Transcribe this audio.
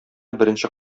беренче